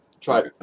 try